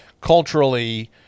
culturally